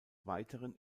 weiteren